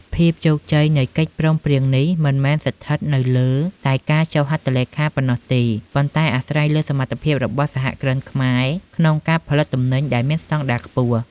ភាពជោគជ័យនៃកិច្ចព្រមព្រៀងនេះ មិនមែនស្ថិតនៅលើតែការចុះហត្ថលេខាប៉ុណ្ណោះទេ ប៉ុន្តែអាស្រ័យលើសមត្ថភាពរបស់សហគ្រិនខ្មែរក្នុងការផលិតទំនិញដែលមានស្ដង់ដារខ្ពស់។